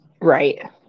Right